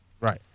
right